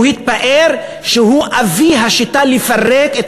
והוא התפאר שהוא אבי השיטה של לפרק את